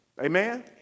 Amen